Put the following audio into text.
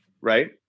right